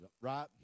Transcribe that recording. Right